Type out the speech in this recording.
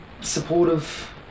supportive